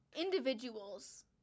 individuals